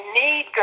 need